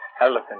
Elephant